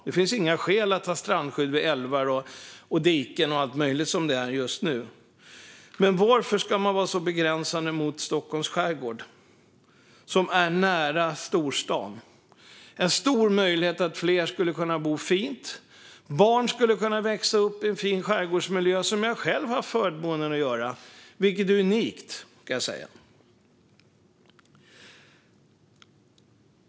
Det finns inga skäl att ha strandskydd vid älvar, diken och allt möjligt så som det är just nu, men varför ska man vara så begränsande mot Stockholms skärgård, som ligger nära storstaden? Där finns en stor möjlighet för fler att bo fint och för barn att växa upp i en fin skärgårdsmiljö, så som jag själv har haft förmånen att göra, vilket är unikt.